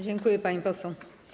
Dziękuję, pani poseł.